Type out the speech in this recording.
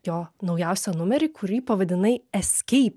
jo naujausią numerį kurį pavadinai eskeip